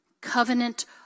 Covenant